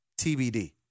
TBD